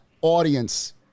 audience